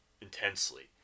intensely